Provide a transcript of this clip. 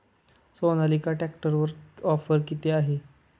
सोनालिका ट्रॅक्टरवर ऑफर किती आहे?